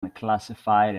unclassified